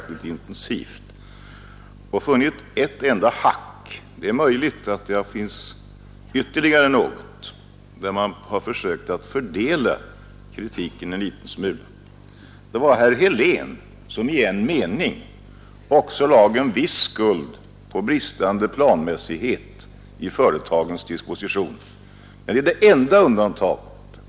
Herr talman! Jag har tillsammans med mina kolleger suttit här i dag och lyssnat till den flod av angrepp som har riktats mot regeringen och regeringens politik. Jag har lyssnat verkligt intensivt och funnit ett enda försök — det är möjligt att det finns ytterligare något — att fördela kritiken en liten smula. Herr Helén lade i en mening också en viss skuld på bristande planmässighet i företagens disposition, men det är det enda undantaget.